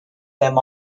them